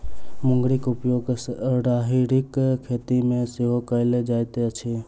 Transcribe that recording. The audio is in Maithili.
मुंगरीक उपयोग राहरिक खेती मे सेहो कयल जाइत अछि